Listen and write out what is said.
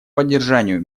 поддержанию